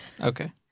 Okay